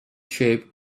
shaped